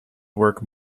work